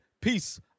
Peace